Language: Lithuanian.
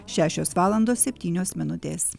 šešios valandos septynios minutės